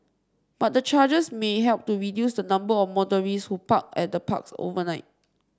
but the charges may help to reduce the number of motorists who park at the parks overnight